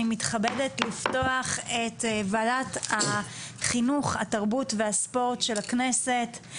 אני מתכבדת לפתוח את ועדת החינוך התרבות והספורט של הכנסת.